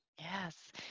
Yes